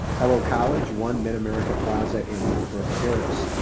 hello college, one minute america plaza in oakbrook terrace.